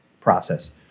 process